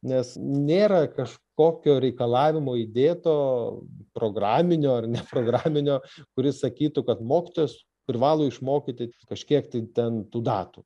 nes nėra kažkokio reikalavimo įdėto programinio ar neprograminio kuris sakytų kad mokytojas privalo išmokyti kažkiek tai ten tų datų